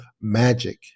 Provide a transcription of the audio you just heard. magic